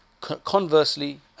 Conversely